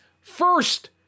first